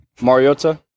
Mariota